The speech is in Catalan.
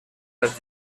dels